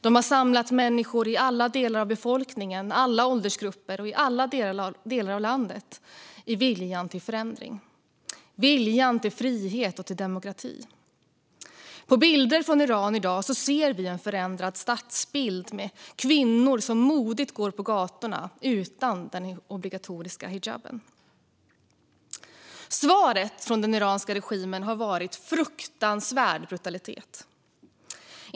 De har samlat människor i alla delar av befolkningen, alla åldersgrupper och i alla delar av landet i viljan till förändring, i viljan till frihet och demokrati. På bilder från Iran ser vi i dag en förändrad stadsbild med kvinnor som modigt går på gatorna utan den obligatoriska hijaben. Svaret från den iranska regimen har varit en fruktansvärd brutalitet.